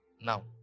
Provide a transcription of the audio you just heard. Now